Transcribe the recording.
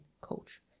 coach